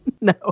No